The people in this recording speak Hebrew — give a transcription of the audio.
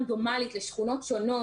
רנדומלית לשכונות שונות,